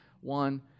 one